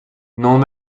n’en